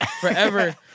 forever